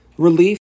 Relief